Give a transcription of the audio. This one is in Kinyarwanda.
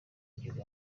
y’igihugu